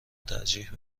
ترجیح